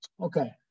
Okay